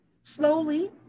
slowly